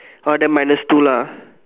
oh then minus two lah